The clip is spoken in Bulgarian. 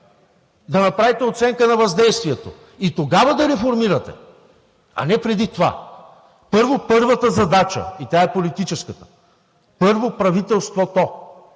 да направите оценка на въздействието и тогава да реформирате, а не преди това. Първо първата задача, и тя е политическата – първо правителството